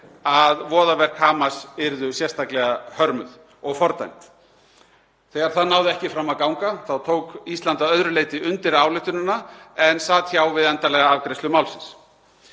að voðaverk Hamas yrðu sérstaklega hörmuð og fordæmd. Þegar það náði ekki fram að ganga tók Ísland að öðru leyti undir ályktunina en sat hjá við endanlega afgreiðslu málsins.